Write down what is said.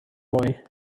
boy